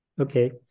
Okay